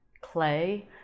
clay